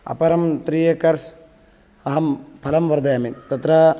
अपरं three acres अहं फलं वर्धयामि तत्र